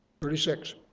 36